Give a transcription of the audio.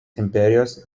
imperijos